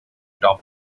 top